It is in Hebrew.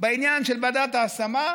בעניין של ועדת ההשמה,